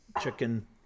chicken